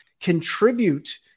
contribute